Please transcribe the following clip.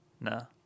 No